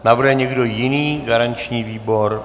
Navrhuje někdo jiný garanční výbor?